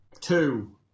Two